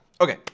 Okay